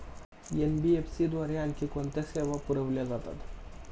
NBFC द्वारे आणखी कोणत्या सेवा पुरविल्या जातात?